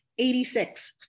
86